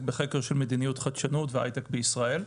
בחקר של מדיניות חדשנות והייטק בישראל.